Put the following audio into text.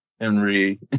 Henry